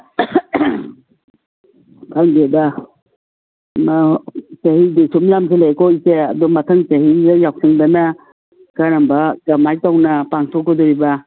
ꯈꯪꯗꯦꯗ ꯆꯍꯤꯗꯤ ꯁꯨꯝ ꯌꯥꯝꯖꯤꯜꯂꯛꯑꯦꯀꯣ ꯏꯆꯦ ꯑꯗꯨ ꯃꯊꯪ ꯆꯍꯤꯒꯤ ꯌꯥꯎꯁꯪꯗꯅ ꯀꯔꯝꯕ ꯀꯔꯃꯥꯏꯅ ꯇꯧꯅ ꯄꯥꯡꯊꯣꯛꯀꯗꯣꯏꯕ